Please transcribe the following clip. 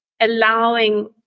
allowing